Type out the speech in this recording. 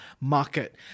market